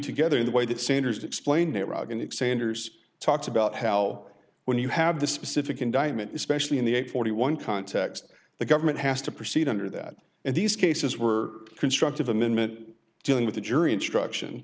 together in the way that sanders explained it rog and xander talks about how when you have the specific indictment especially in the forty one dollars context the government has to proceed under that and these cases were constructive amendment dealing with the jury instruction